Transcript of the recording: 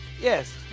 Yes